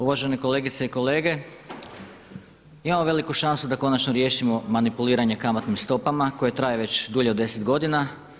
Uvažene kolegice i kolege imamo veliku šansu da konačno riješimo manipuliranje kamatnim stopama koje traje već dulje od 10 godina.